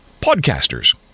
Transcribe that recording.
podcasters